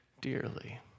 dearly